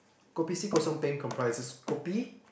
kopi C kosong peng comprises kopi